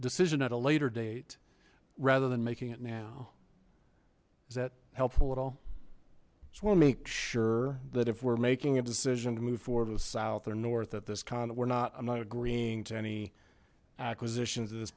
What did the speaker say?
decision at a later date rather than making it now is that helpful at all just wanna make sure that if we're making a decision to move forward with south or north at this con we're not i'm not agreeing to any acquisitions at this